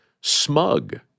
smug